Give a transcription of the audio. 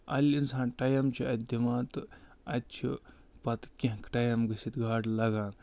اَلہِ اِنسان ٹایَم چھِ اَتہِ دِوان تہٕ اَتہِ چھِ پَتہٕ کیٚنٛہہ ٹایَم گٔژھِتھ گاڈٕ لگان